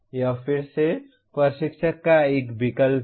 यह फिर से प्रशिक्षक का एक विकल्प है